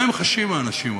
מה חשים האנשים האלה?